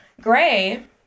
Gray